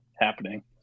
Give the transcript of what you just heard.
happening